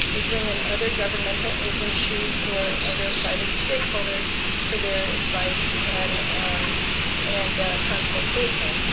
we bring in other governmental agencies or other private stakeholders for their advice and and consultation.